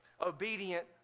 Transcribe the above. obedient